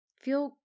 feel